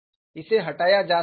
इसे हटाया जा सकता है